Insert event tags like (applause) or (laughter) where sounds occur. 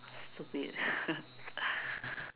stupid (laughs)